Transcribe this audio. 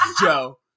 Joe